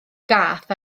gath